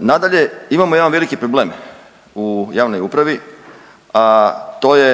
Nadalje, imamo jedan veliki problem u javnoj upravi, a to je